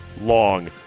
long